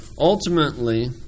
Ultimately